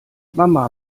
mama